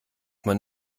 man